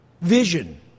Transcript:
vision